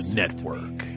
network